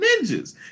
Ninjas